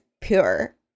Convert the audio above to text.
pure